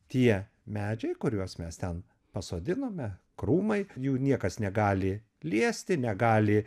tie medžiai kuriuos mes ten pasodinome krūmai jų niekas negali liesti negali